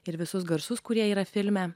ir visus garsus kurie yra filme